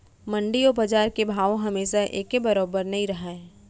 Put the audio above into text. मंडी अउ बजार के भाव हमेसा एके बरोबर नइ रहय